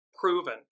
proven